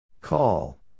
Call